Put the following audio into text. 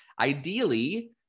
Ideally